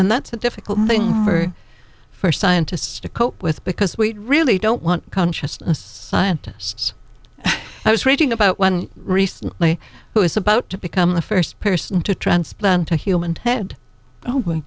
that's a difficult thing for scientists to cope with because we really don't want consciousness scientists i was reading about one recently who is about to become the first person to transplant a human ted oh